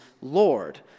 Lord